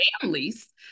families